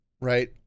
right